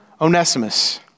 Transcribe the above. Onesimus